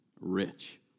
rich